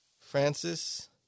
Francis